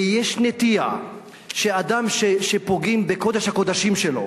ויש נטייה שאדם שפוגעים בקודש הקודשים שלו,